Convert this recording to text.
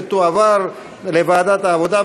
ותועבר לוועדת העבודה,